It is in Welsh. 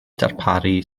darparu